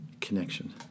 connection